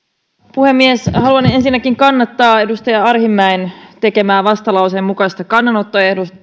puhemies haluan ensinnäkin kannattaa edustaja arhinmäen tekemää vastalauseen mukaista kannanottoehdotusta